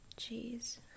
Jeez